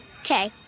Okay